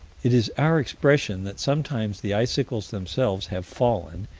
it is our expression that sometimes the icicles themselves have fallen,